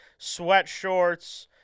sweatshorts